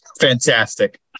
Fantastic